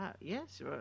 Yes